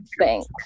thanks